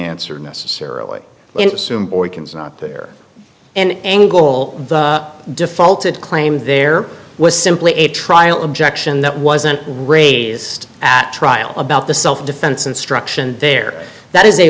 answer necessarily in there and angle defaulted claimed there was simply a trial objection that wasn't raised at trial about the self defense instruction there that is a